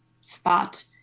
spot